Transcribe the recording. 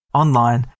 online